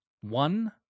One